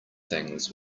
things